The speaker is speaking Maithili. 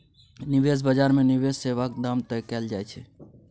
निबेश बजार मे निबेश सेबाक दाम तय कएल जाइ छै